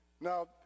Now